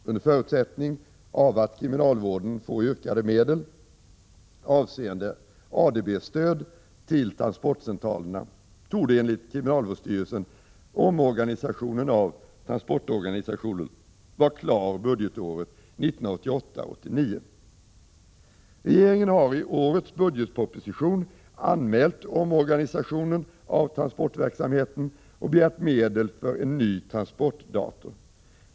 Under förutsättning att kriminalvården får yrkade medel avseende ADB-stöd till transportcentralerna torde enligt kriminalvårdsstyrelsen omorganisationen av transportorganisationen vara klar budgetåret 1988/89. Regeringen har i årets budgetproposition anmält omorganisationen av transportverksamheten och begärt medel för en ny transportdator.